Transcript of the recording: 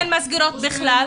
אין מסגרות בכלל.